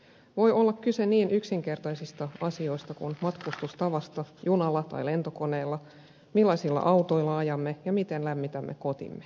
voi olla kyse niin yksinkertaisista asioista kuin matkustustavasta junalla tai lentokoneella siitä millaisilla autoilla ajamme ja miten lämmitämme kotimme